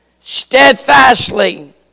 steadfastly